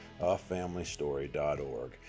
afamilystory.org